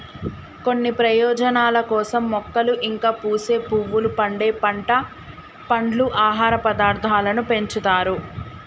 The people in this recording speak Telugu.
కొన్ని ప్రయోజనాల కోసం మొక్కలు ఇంకా పూసే పువ్వులు, పండే పంట, పండ్లు, ఆహార పదార్థాలను పెంచుతారు